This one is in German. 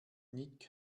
nick